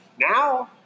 Now